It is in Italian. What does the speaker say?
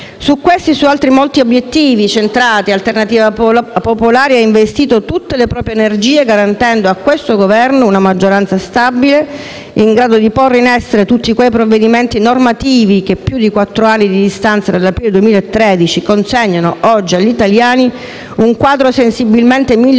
Su questi e su molti altri obiettivi centrati Alternativa Popolare ha investito tutte le proprie energie, garantendo a questo Governo una maggioranza stabile, in grado di porre in essere tutti quei provvedimenti normativi che, a più di quattro anni di distanza dall'aprile 2013, consegnano agli italiani un quadro sensibilmente migliorato